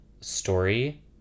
story